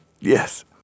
Yes